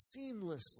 seamlessly